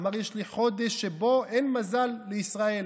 אמר: יש לי חודש שאין בו מזל לישראל,